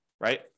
right